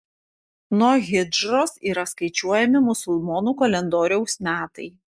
nuo hidžros yra skaičiuojami musulmonų kalendoriaus metai